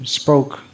spoke